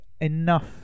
enough